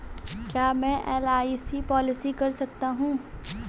क्या मैं LIC policy कर सकता हूं?